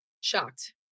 Shocked